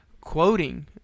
quoting